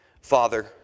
Father